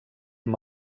amb